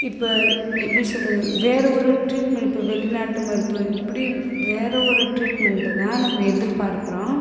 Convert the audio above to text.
இப்போ எப்படி சொல்கிறது வேறே ஒரு ட்ரீட்மெண்ட் இப்போ வெளிநாட்டு மருத்துவம் இப்படின்னு வேற ஒரு ட்ரீட்மெண்ட்டை தான் நம்ம எதிர்பார்க்கிறோம்